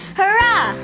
hurrah